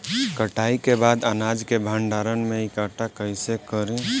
कटाई के बाद अनाज के भंडारण में इकठ्ठा कइसे करी?